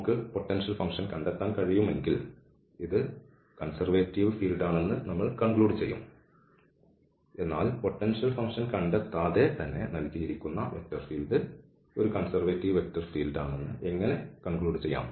നമുക്ക് potential function കണ്ടെത്താൻ കഴിയുമെങ്കിൽ ഇത് കൺസെർവേറ്റീവ് മേഖലയാണെന്ന് നമ്മൾ നിഗമനം ചെയ്യും എന്നാൽ പൊട്ടൻഷ്യൽ ഫങ്ക്ഷൻ കണ്ടെത്താതെ നൽകിയിരിക്കുന്ന വെക്റ്റർ ഫീൽഡ് ഒരു കൺസെർവേറ്റീവ് വെക്റ്റർ ഫീൽഡാണെന്ന് എങ്ങനെ നിഗമനം ചെയ്യാം